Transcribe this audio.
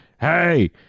Hey